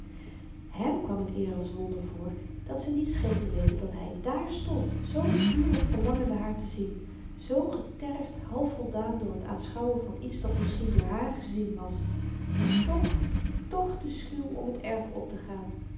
hèm kwam t eer als wonder voor dat ze niet scheen te weten dat hy dààr stond zoo vurig verlangende haar te zien zoo getergd half voldaan door t aanschouwen van iets dat misschien door haar gezien was en toch toch te schuw om t erf optegaan